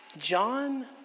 John